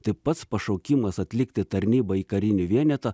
tai pats pašaukimas atlikti tarnybą į karinį vienetą